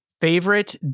Favorite